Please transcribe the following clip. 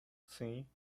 sim